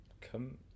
come